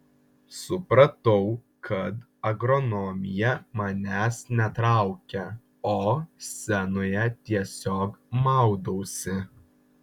supratau kad agronomija manęs netraukia o scenoje tiesiog maudausi